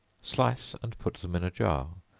slice and put them in a jar,